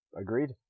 agreed